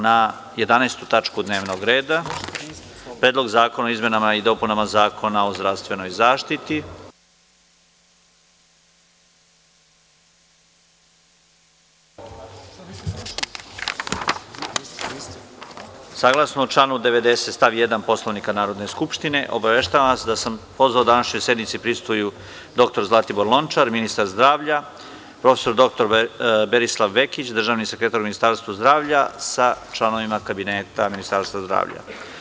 Prelazimo na 11. tačku dnevnog reda – PREDLOG ZAKONA O IZMENAMA I DOPUNAMA ZAKONA O ZDRAVSTVENOJ ZAŠTITI Saglasno članu 90. stav 1. Poslovnika Narodne skupštine obaveštavam vas da sam pozvao da današnjoj sednici prisustvuju dr Zlatibor Lončar, ministar zdravlja, prof. dr Berislav Vekić, državni sekretar u Ministarstvu zdravlja, sa članovima Kabineta Ministarstva zdravlja.